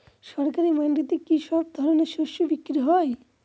সরকারি মান্ডিতে কি সব ধরনের শস্য বিক্রি হয়?